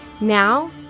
Now